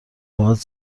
باهات